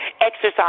exercise